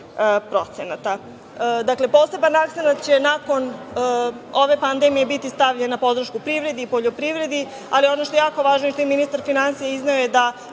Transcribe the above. od 10%.Dakle, poseban akcenat će nakon ove pandemije biti stavljen na podršku privredi i poljoprivredi, ali ono što je jako važno je da je ministar finansija izneo da